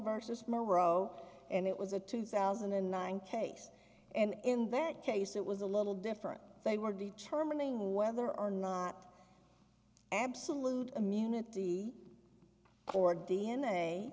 versus moreau and it was a two thousand and nine case and in that case it was a little different they were determining whether or not absolute immunity for d